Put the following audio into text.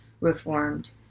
reformed